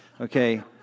Okay